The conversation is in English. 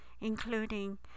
including